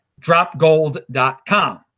dropgold.com